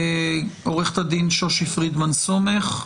עורכת הדין שושי פרידמן סומך,